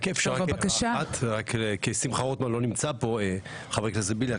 חבר הכנסת רוטמן לא נמצא פה, חבר הכנסת בליאק.